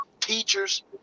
teachers